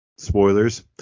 Spoilers